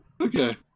Okay